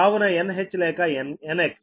కావున NH లేక NX